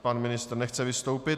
Pan ministr nechce vystoupit.